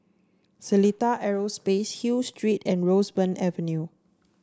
Seletar Aerospace Hill Street and Roseburn Avenue